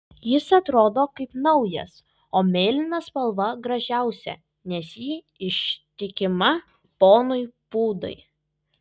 jis atrodo kaip naujas o mėlyna spalva gražiausia nes ji ištikima ponui pūdai